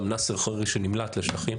גם נאסר חרירי שנמלט לשטחים